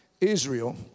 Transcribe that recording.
Israel